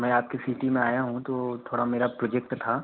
मैं आपकी सिटी में आया हूँ तो थोड़ा मेरा प्रोजेक्ट था